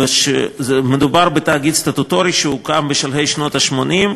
מדובר בתאגיד סטטוטורי שהוקם בשלהי שנות ה-80,